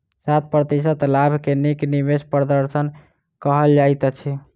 सात प्रतिशत लाभ के नीक निवेश प्रदर्शन कहल जाइत अछि